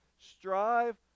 Strive